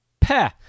peh